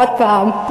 עוד פעם,